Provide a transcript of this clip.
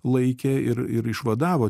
laikė ir ir išvadavo